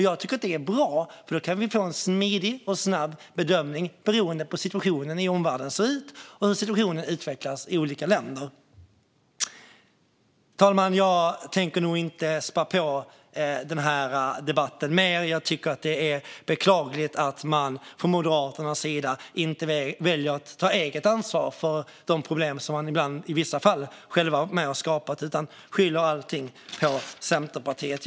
Jag tycker att det är bra, för då kan vi få en smidig och snabb bedömning beroende på hur situationen i omvärlden ser ut och hur situationen utvecklas i olika länder. Herr talman! Jag tänker nog inte spä på den här debatten mer. Jag tycker att det är beklagligt att man från Moderaternas sida inte väljer att ta eget ansvar för de problem som man i vissa fall själv har varit med och skapat utan skyller allting på Centerpartiet.